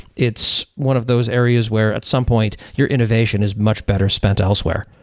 it's one of those areas where at some point your innovation is much better spent elsewhere.